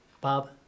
Bob